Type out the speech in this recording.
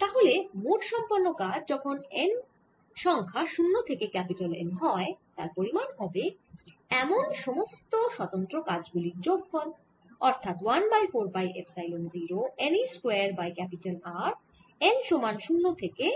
তাহলে মোট সম্পন্ন কাজ যখন n সংখ্যা 0 থেকে N হয় তার পরিমান হবে এমন সমস্ত স্বতন্ত্র কাজ গুলির যোগফল অর্থাৎ 1 by 4 pi epsilon 0 n e square by R n সমান 0 থেকে